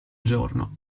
giorno